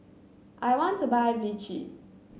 I want to buy Vichy